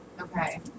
okay